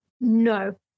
No